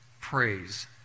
praise